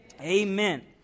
amen